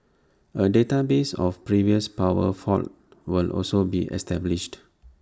A database of previous power faults will also be established